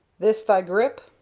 this thy grip?